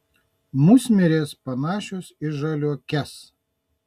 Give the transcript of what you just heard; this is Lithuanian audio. musmirės panašios į žaliuokes